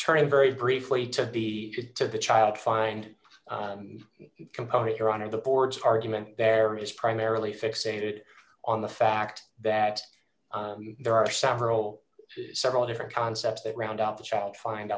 turn very briefly to be good to the child find component your honor the board's argument there is primarily fixated on the fact that there are several several different concepts that round out the child find